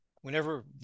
whenever